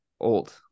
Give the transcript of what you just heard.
old